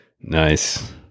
Nice